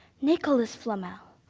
nicholas flamel,